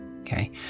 okay